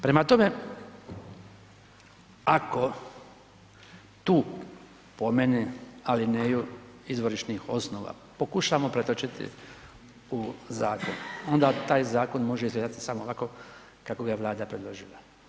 Prema tome, ako tu po meni alineju izvorišnih osnova pokušamo pretočiti u zakon onda taj zakon može izgledati samo ovako kako ga je Vlada predložila.